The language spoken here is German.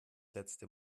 letzte